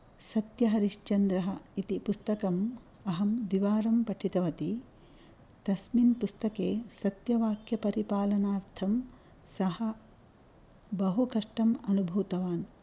सत्यहरिश्चन्द्रः इति पुस्तकम् अहं द्विवारं पठितवती तस्मिन् पुस्तके सत्यवाक्यपरिपालनार्थं सः बहु कष्टम् अनुभूतवान्